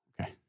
okay